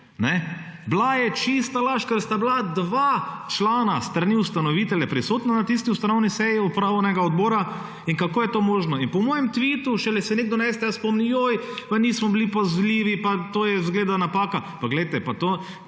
Bila je čista laž, ker sta bila dva člana s strani ustanovitelja prisotna na tisti ustanovni seji upravnega odbora in kako je to možno. In po mojem tvitu se je šele na STA spomnil, joj, pa nismo bili pazljivi, pa to je izgleda napaka. Pa poglejte, pa to